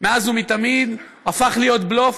מאז ומתמיד, הפך להיות בלוף.